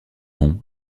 nom